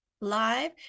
live